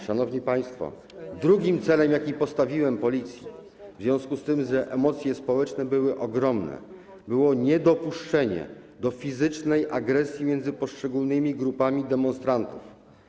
Szanowni państwo, drugim celem, jaki postawiłem policji w związku z tym, że emocje społeczne były ogromne, było niedopuszczenie do fizycznej agresji między poszczególnymi grupami demonstrantów.